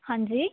ਹਾਂਜੀ